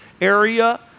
area